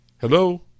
Hello